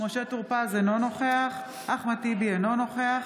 משה טור פז, אינו נוכח אחמד טיבי, אינו נוכח